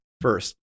First